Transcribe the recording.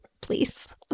Please